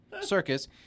Circus